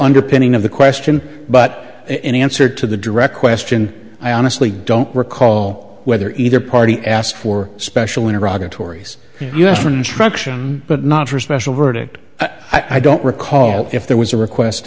underpinning of the question but in answer to the direct question i honestly don't recall whether either party asked for special iraq or tories us for instruction but not for special verdict i don't recall if there was a request